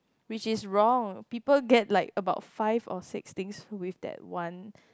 which is wrong people get like about five or six things with that one